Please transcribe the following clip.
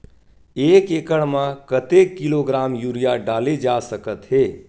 एक एकड़ म कतेक किलोग्राम यूरिया डाले जा सकत हे?